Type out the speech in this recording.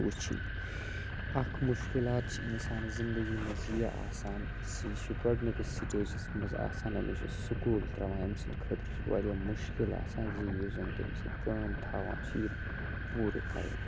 وٕچھٕنۍ اَکھ مُشکلات چھِ اِنسانَس زندگی منٛز یہِ آسان زِ یہِ چھِ گۄڈنِکِس سٕٹیجَس منٛز آسان أمِس چھُ سکوٗل ترٛاوان أمۍسٕنٛدِ خٲطرٕ چھِ واریاہ مُشکل آسان زِ یُس زَن تٔمِس سۭتۍ کٲم تھاوان چھِ یہِ پوٗرٕ کَرٕنۍ